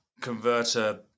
converter